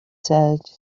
said